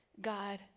God